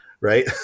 Right